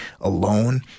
alone